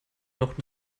noch